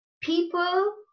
people